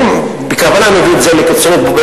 אני בכוונה מביא את זה לקיצוניות.